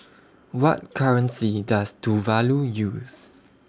What currency Does Tuvalu use